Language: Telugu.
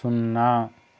సున్నా